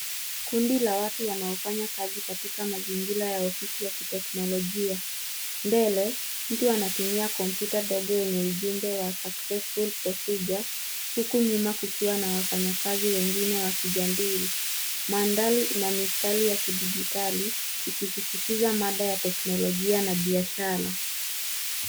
Kundi la watu wanaofanya kazi katika mazingira ya ofisi ya kiteknolojia. Mbele mtu anatumia kompyuta ndogo yenye ujumbe ya successful procedure huku nyuma kukiwa na wafanyakazi wengine wakijadili. Mandhari ina mistari ya kidigitali ikisisitiza mada ya teknolojia na biashara.